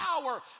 power